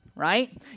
right